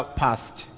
passed